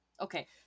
Okay